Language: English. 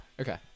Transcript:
Okay